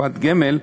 (קופות גמל)